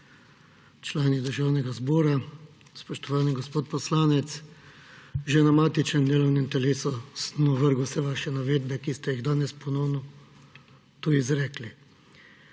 Člani Državnega zbora, spoštovani gospod poslanec! Že na matičnem delovnem telesu sem ovrgel vse vaše navedbe, ki ste jih danes ponovno tu izrekli.